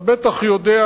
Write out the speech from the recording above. אתה בלי ספק יודע,